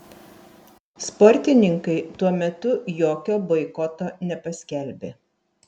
sportininkai tuo metu jokio boikoto nepaskelbė